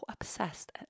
obsessed